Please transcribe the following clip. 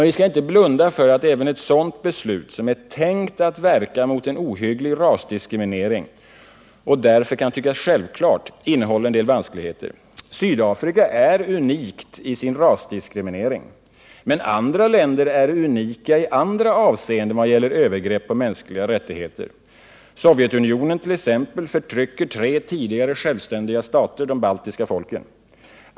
Vi skall inte blunda för att även ett sådant beslut, som är tänkt att verka mot en ohygglig rasdiskriminering och därför kan tyckas självklart, innebär en del vanskligheter. Sydafrika är unikt i sin rasdiskriminering. Men andra länder är unika i andra avseenden när det gäller övergrepp på mänskliga rättigheter. Sovjetunionen t.ex. förtrycker tre tidigare självständiga stater, de baltiska folken.